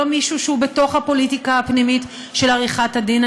לא מישהו שהוא בתוך הפוליטיקה הפנימית של עריכת הדין.